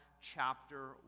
chapter